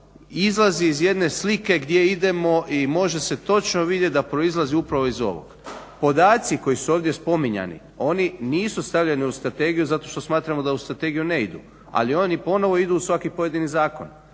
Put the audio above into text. izlazi iz jedne slike gdje idemo i može se točno vidjeti da proizlazi upravo iz ovog. Podaci koji su ovdje spominjani oni nisu stavljeni u strategiju zato što smatramo da u strategiju ne idu, ali oni ponovo idu u svaki pojedini zakon.